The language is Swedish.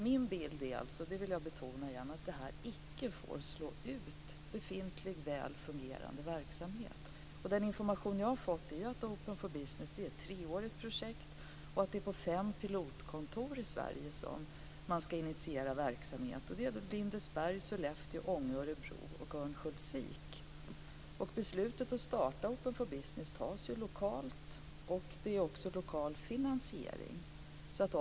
Min bild är alltså att detta icke får slå ut befintlig väl fungerande verksamhet. Den information jag har fått är att Open for Business är ett treårigt projekt. Det är på fem pilotkontor i Sverige som man ska initiera verksamhet - i Lindesberg, Sollefteå, Ånge, Beslutet att starta Open for Business fattas lokalt, och finansieringen är också lokal.